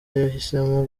yahisemo